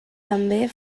també